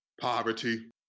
poverty